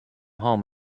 home